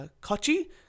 Kochi